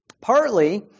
partly